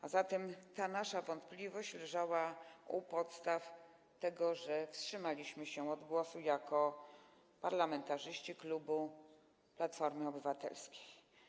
A zatem ta nasza wątpliwość leżała u podstaw tego, że wstrzymaliśmy się od głosu jako parlamentarzyści klubu Platformy Obywatelskiej.